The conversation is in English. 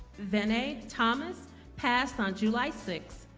vinay thomas passed on july six